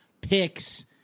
Picks